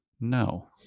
No